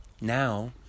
now